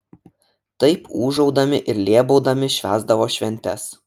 taip ūžaudami ir lėbaudami švęsdavo šventes